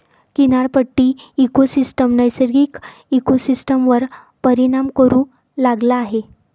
किनारपट्टी इकोसिस्टम नैसर्गिक इकोसिस्टमवर परिणाम करू लागला आहे